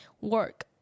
work